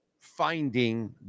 finding